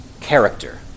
character